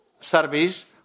service